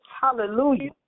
Hallelujah